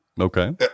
Okay